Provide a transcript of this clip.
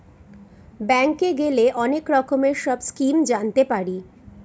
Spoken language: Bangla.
ব্যাঙ্কে গেলে অনেক রকমের সব স্কিম জানতে পারি